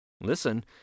listen